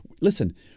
listen